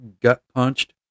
gut-punched